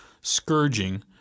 Scourging